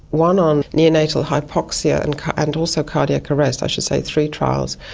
one on neonatal hypoxia and and also cardiac arrest, i should say three trials.